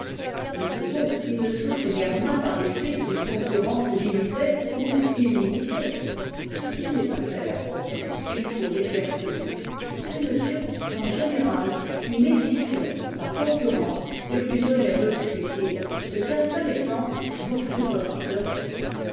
au second il ne souffre guère moins par les suites d'une concurrence limitée ou illimitée ceci n'est pas clair pour vous et il faut l'éclaircir c'est monsieur qu'en général une édition par concurrence est plus onéreuse qu'utile ce qu'un seul exemple vous prouvera de reste